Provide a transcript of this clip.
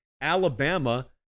Alabama